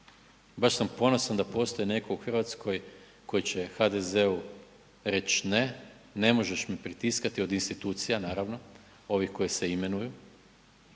baš sam ponosan da postoji netko u Hrvatskoj koji će HDZ-u reći ne, ne možeš me pritiskati od institucija naravno ovih koji se imenuju.